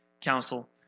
council